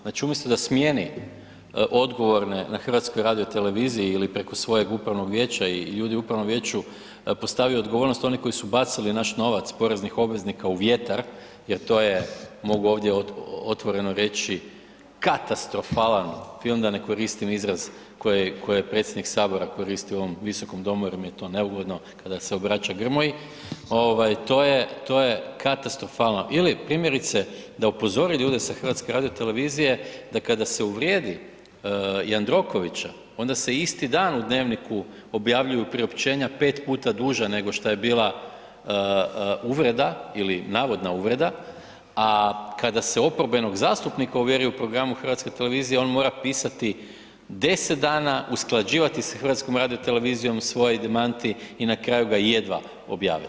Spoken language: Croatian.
Znači umjesto da smijeni odgovorne na HRT-u ili preko svojeg upravnog vijeća i ljudi u upravnom vijeću postave odgovornost oni koji su bacili naš novac poreznih obveznika u vjetar jer to je mogu ovdje otvoreno reći katastrofalan film, da ne koristim izraz koji predsjednik Sabora koristi u ovom Visokom domu jer mi je to neugodno kada se obraća Grmoji, to je katastrofalno ili primjerice da upozori ljude sa HRT-a da kada se uvrijedi Jandrokovića onda se isti dan u „Dnevniku“ objavljuju priopćenja pet puta duža nego šta je bila uvreda ili navodna uvreda, a kada se oporbenog zastupnika uvjeri u programu HRT-a on mora pisati 10 dana usklađivati s HRT-om svoj demanti i na kraju ga jedva objave.